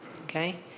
Okay